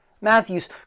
Matthew's